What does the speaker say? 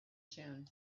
june